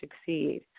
succeed